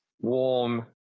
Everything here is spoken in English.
warm